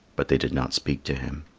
but they did not speak to him.